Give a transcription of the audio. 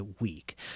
weak